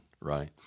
right